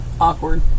Awkward